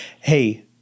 Hey